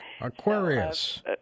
Aquarius